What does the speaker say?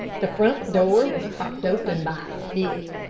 the front door was propped open by stick.